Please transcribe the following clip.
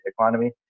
economy